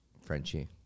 Frenchie